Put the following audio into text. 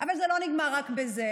אבל זה לא נגמר רק בזה.